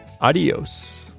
Adios